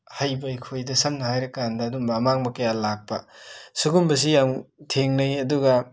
ꯍꯩꯕ ꯑꯩꯈꯣꯏꯗ ꯁꯝꯅ ꯍꯥꯏꯔꯀꯥꯟꯗ ꯑꯗꯨꯒꯨꯝꯕ ꯑꯃꯥꯡꯕ ꯀꯌꯥ ꯂꯥꯛꯄ ꯁꯤꯒꯨꯝꯕꯁꯤ ꯌꯥꯝꯅ ꯊꯦꯡꯅꯩ ꯑꯗꯨꯒ